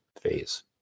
phase